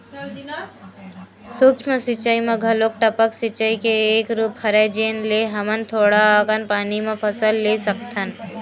सूक्ष्म सिचई म घलोक टपक सिचई के एक रूप हरय जेन ले हमन थोड़ा अकन पानी म फसल ले सकथन